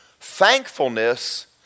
Thankfulness